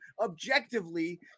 objectively